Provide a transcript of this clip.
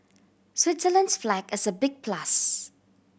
Switzerland's flag is a big plus